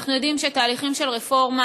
אנחנו יודעים שתהליכים של רפורמה,